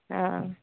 हँ